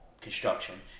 construction